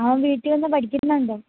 അവൻ വീട്ടില് വന്ന് പഠിക്കുന്നുണ്ടോ